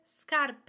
Scarpe